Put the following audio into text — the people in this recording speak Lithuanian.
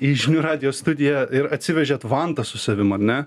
į žinių radijo studiją ir atsivežėt vantą su savim ar ne